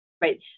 Right